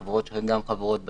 חברות שהן גם חברות באיגוד.